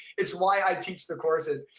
it's why i teach the courses.